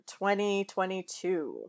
2022